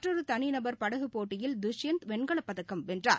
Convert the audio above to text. மற்றொருதனிநபர் படகுப் போட்டியில் துஷ்யந்த் வெண்கலப்பதக்கம் வென்றார்